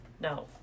No